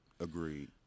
Agreed